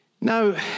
Now